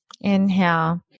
Inhale